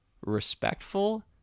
respectful